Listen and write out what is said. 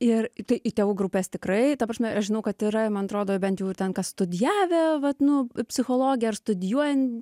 ir tai į tėvų grupes tikrai ta prasme aš žinau kad yra man atrodo bent jau ten kas studijavę vat nu psichologiją ar studijuojan